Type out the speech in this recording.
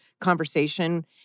conversation